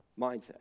mindset